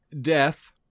death